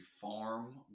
farm